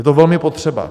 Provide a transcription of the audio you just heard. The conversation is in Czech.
Je to velmi potřeba.